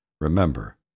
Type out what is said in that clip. remember